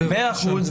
מאה אחוז.